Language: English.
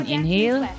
Inhale